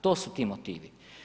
To su ti motivi.